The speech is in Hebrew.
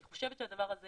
אני חושבת שהדבר הזה